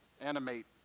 animate